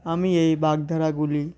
আমি এই বাগধারাগুলি